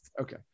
Okay